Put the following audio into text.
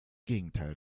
gegenteil